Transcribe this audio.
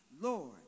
Lord